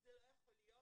זה לא יכול להיות,